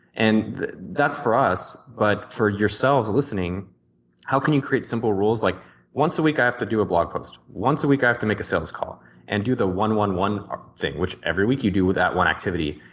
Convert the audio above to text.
and that's for us, but for yourselves listening how can you create simple rules like once a week i have to do a blog post. once a week i have to make a sales call and do the one, one, one thing which every week you do that one activity.